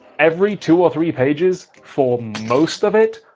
every two or three pages, for most of it,